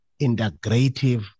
integrative